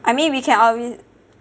I mean we can always